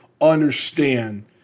understand